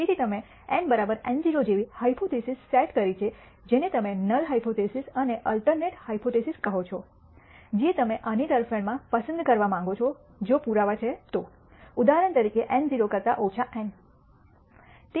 તેથી તમે η η₀ જેવી હાયપોથીસિસ સેટ કરી છે જેને તમે નલ હાયપોથીસિસ અને અલ્ટરનેટ હાયપોથીસિસ કહો છો જે તમે આની તરફેણમાં પસંદ કરવા માંગો છો જો પુરાવા છે તો ઉદાહરણ તરીકે η₀ કરતા ઓછા η